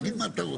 תגיד מה אתה רוצה.